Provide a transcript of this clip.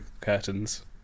curtains